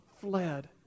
fled